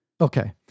Okay